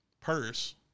purse